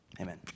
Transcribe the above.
Amen